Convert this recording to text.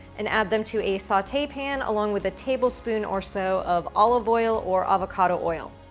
and add them to a saute pan along with a tablespoon or so of olive oil, or avocado oil.